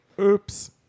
Oops